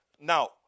Now